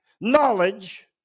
knowledge